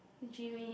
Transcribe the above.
hey Jimmy